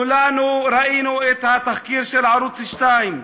כולנו ראינו את התחקיר של ערוץ 2,